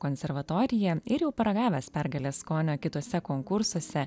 konservatoriją ir jau paragavęs pergalės skonio kituose konkursuose